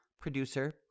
producer